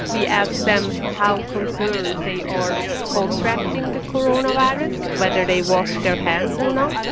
we asked them how concerned they are of contracting the coronavirus, whether they washed their hands or not.